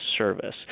service